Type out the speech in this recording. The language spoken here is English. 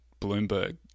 Bloomberg